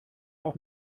auch